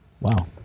Wow